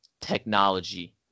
technology